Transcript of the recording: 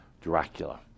Dracula